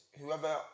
whoever